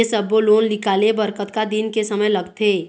ये सब्बो लोन निकाले बर कतका दिन के समय लगथे?